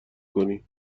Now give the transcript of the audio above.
کنی